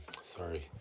sorry